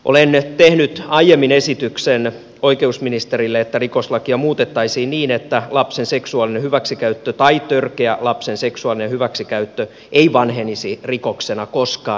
olen tehnyt aiemmin esityksen oikeusministerille että rikoslakia muutettaisiin niin että lapsen seksuaalinen hyväksikäyttö tai törkeä lapsen seksuaalinen hyväksikäyttö ei vanhenisi rikoksena koskaan